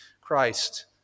Christ